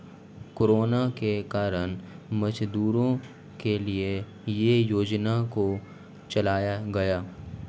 corona के कारण मजदूरों के लिए ये योजना को चलाया गया